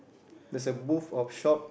there's a booth of shop